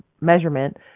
measurement